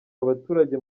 abaturage